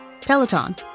peloton